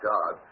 God